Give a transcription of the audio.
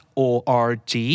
org